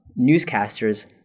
newscasters